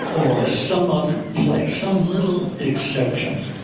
some ah like some little exception.